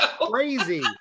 crazy